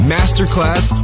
Masterclass